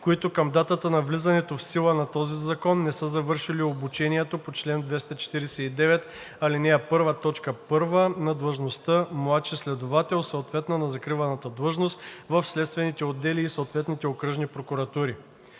които към датата на влизането в сила на този закон не са завършили обучението по чл. 249, ал. 1, т. 1, на длъжност младши следовател, съответна на закриваната длъжност в следствените отдели в съответните окръжни прокуратури.